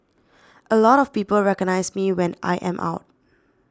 a lot of people recognise me when I am out